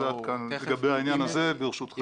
אז עד כאן לגבי העניין הזה, ברשותכם.